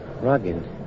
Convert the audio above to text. rugged